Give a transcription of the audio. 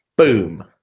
Boom